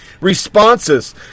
Responses